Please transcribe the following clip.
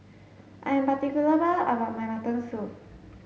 I am particular about about my mutton soup